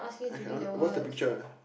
I can what's the picture